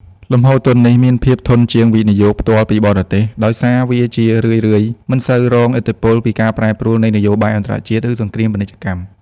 លំហូរទុននេះមានភាពធន់ជាង វិនិយោគផ្ទាល់ពីបរទេស ដោយសារវាជារឿយៗមិនសូវរងឥទ្ធិពលពីការប្រែប្រួលនៃនយោបាយអន្តរជាតិ ឬសង្គ្រាមពាណិជ្ជកម្ម។